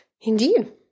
Indeed